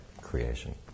creation